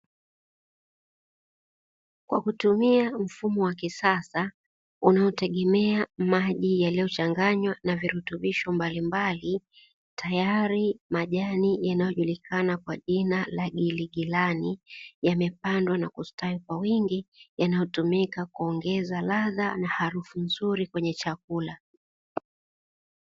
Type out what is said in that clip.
Kwa kutumia mfumo wa kisasa unaotegemea maji yaliyochanganywa na virutubisho mbalimbali, tayari majani yanayojulikana kwa jina la giligilani yamepandwa na kustawi kwa wingi, yanayotumika kuongeaza ladha na harufu nzuri kwenye chakula.